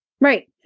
Right